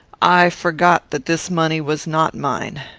i forgot that this money was not mine.